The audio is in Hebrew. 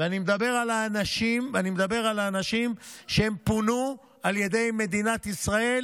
אני מדבר על האנשים שפונו על ידי מדינת ישראל